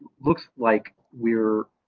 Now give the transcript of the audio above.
looks like we're.